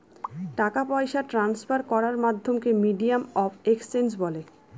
টাকা পয়সা ট্রান্সফার করার মাধ্যমকে মিডিয়াম অফ এক্সচেঞ্জ বলে